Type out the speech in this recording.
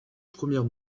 premières